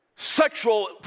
Sexual